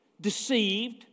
deceived